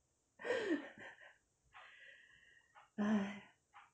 !haiya!